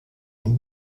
den